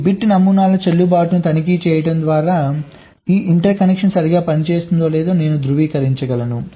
ఈ బిట్ నమూనాల చెల్లుబాటును తనిఖీ చేయడం ద్వారా ఈ ఇంటర్ కనెక్షన్ సరిగ్గా పనిచేస్తుందో లేదో నేను ధృవీకరించగలను